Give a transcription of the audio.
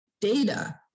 data